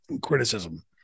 criticism